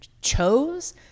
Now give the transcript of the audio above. chose